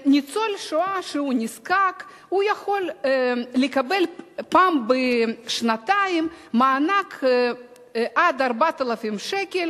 ניצול שואה נזקק יכול לקבל פעם בשנתיים מענק עד 4,000 שקל